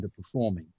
underperforming